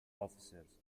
officers